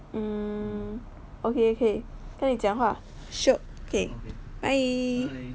um okay okay 跟你讲话 shiok okay bye